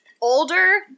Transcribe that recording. older